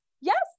yes